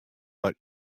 foar